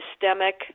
systemic